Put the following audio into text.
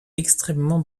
extrêmement